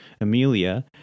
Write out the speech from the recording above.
Amelia